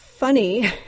funny